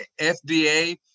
FDA